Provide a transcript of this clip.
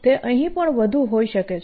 તે અહીં પણ વધુ હોઈ શકે છે